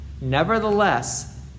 Nevertheless